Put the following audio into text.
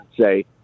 say